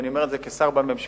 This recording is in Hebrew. ואני אומר את זה כשר בממשלה,